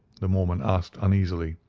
the mormon asked uneasily.